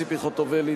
ציפי חוטובלי,